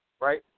right